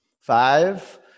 Five